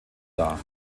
dar